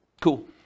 Cool